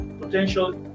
Potential